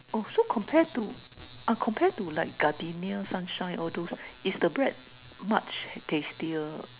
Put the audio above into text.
oh so compare to ah compare to like Gardenia Sunshine all those is the bread much tastier